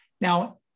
Now